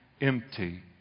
empty